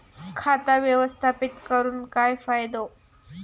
खाता व्यवस्थापित करून काय फायदो?